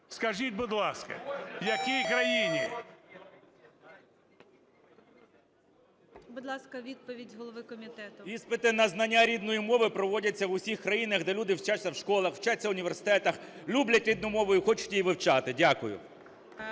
Скажіть, будь ласка, в якій країні? ГОЛОВУЮЧИЙ. Будь ласка, відповідь голови комітету. 10:36:47 КНЯЖИЦЬКИЙ М.Л. Іспити на знання рідної мови проводяться в усіх країнах, де люди вчаться в школах, вчаться в університетах, люблять рідну мову і хочуть її вивчати. Дякую.